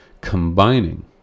combining